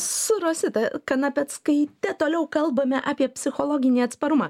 su rosita kanapeckaite toliau kalbame apie psichologinį atsparumą